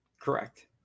Correct